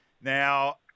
Now